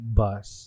bus